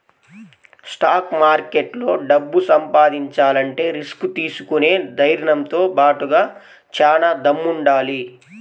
stock మార్కెట్లో డబ్బు సంపాదించాలంటే రిస్క్ తీసుకునే ధైర్నంతో బాటుగా చానా దమ్ముండాలి